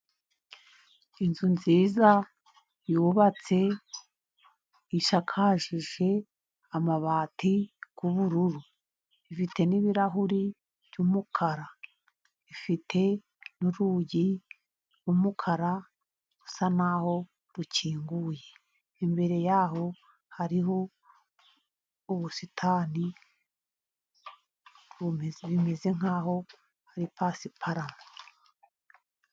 Inzu nziza yubatse ishakaje amabati y'ubururu, ifite n'ibirahuri by'umukara, ifite n'urugi rw'umukara rusa naho rukinguye, imbere yaho hariho ubusitani bumeze nkaho hari pasiparume.